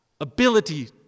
ability